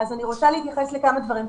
רוצה להתייחס לכמה דברים.